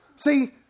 See